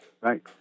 right